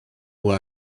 who